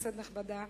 כנסת נכבדה,